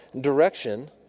direction